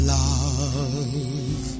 love